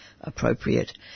appropriate